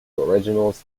originals